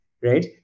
right